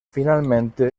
finalmente